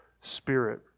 spirit